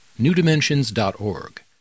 newdimensions.org